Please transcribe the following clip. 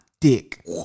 dick